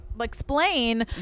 explain